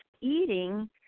eating